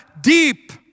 deep